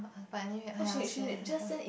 but anyway !aiya! sian